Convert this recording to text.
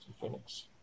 Phoenix